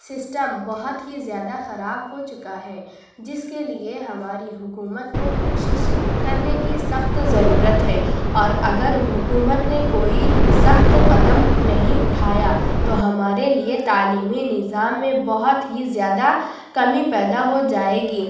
system بہت ہی زیادہ خراب ہو چُکا ہے جس کے لیے ہماری حکومت کو کوشش کرنے کی سخت ضرورت ہے اور اگر حکومت نے کوئی سخت قدم نہیں اُٹھایا تو ہمارے لیے تعلیمی نظام میں بہت ہی زیادہ کمی پیدا ہو جائے گی